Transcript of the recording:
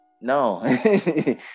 no